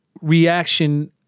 reaction